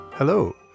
Hello